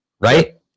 right